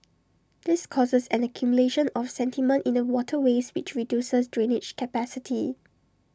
this causes an accumulation of sediment in the waterways which reduces drainage capacity